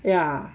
ya